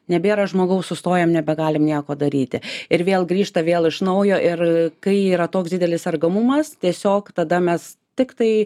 nebėra žmogaus sustojam nebegalim nieko daryti ir vėl grįžta vėl iš naujo ir kai yra toks didelis sergamumas tiesiog tada mes tiktai